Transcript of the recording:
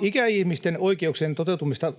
Ikäihmisten oikeuksien toteutumista